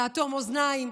לאטום אוזניים.